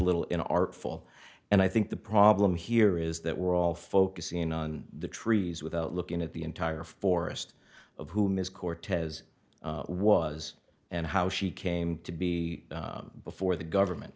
little in artful and i think the problem here is that we're all focusing on the trees without looking at the entire forest of whom is cortez was and how she came to be before the government